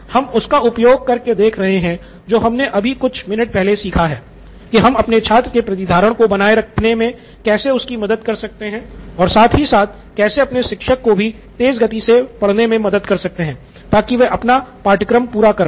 हम उसका उपयोग कर के देख रहे हैं जो हमने अभी कुछ मिनट पहले सीखा है कि हम अपने छात्र के प्रतिधारण को बनाए रखने में कैसे उसकी मदद कर सकते हैं और साथ ही साथ हम कैसे अपने शिक्षक को भी तेज़ गति से पढ़ाने में मदद कर सकते हैं ताकि वह अपना पाठ्यक्रम पूरा कर पाये